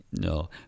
No